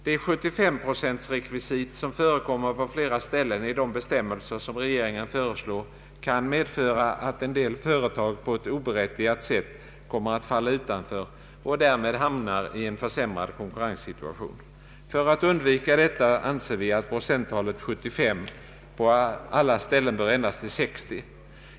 Det 75-procentsrekvisit som förekommer på flera ställen i de bestämmelser som regeringen föreslår kan medföra att en del företag på ett oberättigat sätt kommer att falla utanför och därmed hamnar i en försämrad konkurrenssituation. För att undvika detta anser vi att procenttalet 75 på alla ställen bör ändras till 60.